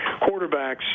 quarterbacks